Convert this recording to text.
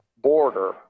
border